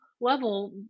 level